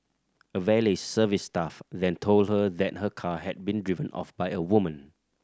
a valet service staff then told her that her car had been driven off by a woman